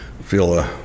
feel